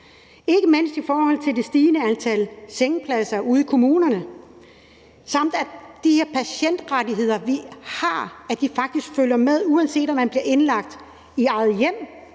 ikke mindst i forhold til det stigende antal sengepladser ude i kommunerne, så de her patientrettigheder, vi har, rent faktisk følger med, uanset om man bliver indlagt i eget hjem